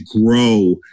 grow